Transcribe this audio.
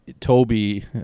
toby